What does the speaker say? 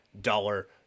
dollar